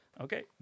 Okay